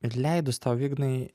leidus tau ignai